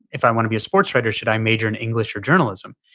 if i want to be a sports writer, should i major in english or journalism?